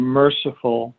merciful